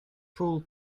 fool